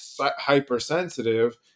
hypersensitive